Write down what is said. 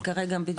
נכון, כרגע בדיוק.